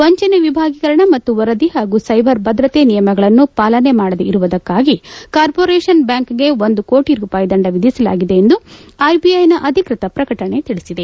ವಂಚನೆ ವಿಭಾಗೀಕರಣ ಮತ್ತು ವರದಿ ಹಾಗೂ ಸೈಬರ್ ಭದ್ರತೆ ನಿಯಮಗಳನ್ನು ಪಾಲನೇ ಮಾಡದೇ ಇರುವುದಕ್ಕಾಗಿ ಕಾರ್ಪೊರೇಷನ್ ಬ್ಯಾಂಕ್ ಗೆ ಒಂದು ಕೋಟಿ ರೂಪಾಯಿ ದಂಡ ವಿಧಿಸಲಾಗಿದೆ ಎಂದು ಆರ್ ಬಿ ಐ ನ ಅಧಿಕೃತ ಪ್ರಕಟಣೆ ತಿಳಿಸಿದೆ